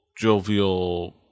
jovial